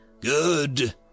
Good